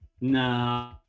No